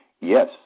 Yes